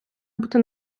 бути